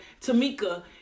Tamika